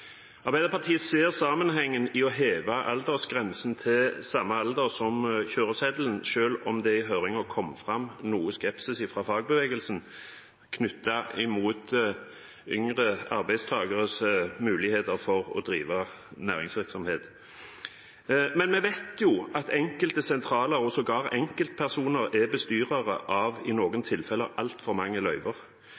å heve aldersgrensen til samme alder som kjøreseddelen, selv om det i høringen kom fram noe skepsis fra fagbevegelsen knyttet til yngre arbeidstakeres muligheter for å drive næringsvirksomhet. Men vi vet jo at enkelte sentraler og sågar enkeltpersoner er bestyrere av i noen